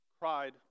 cried